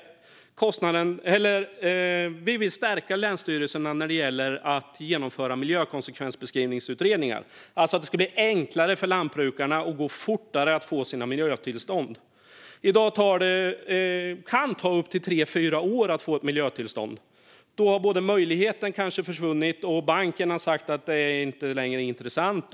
Vi vill stärka länsstyrelserna när det gäller att genomföra miljökonsekvensutredningar för att det ska bli enklare och gå fortare för lantbrukarna att få sina miljötillstånd. I dag kan det ta upp till tre fyra år att få ett miljötillstånd. Då har kanske möjligheten försvunnit och banken sagt att det inte längre är intressant.